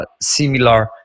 similar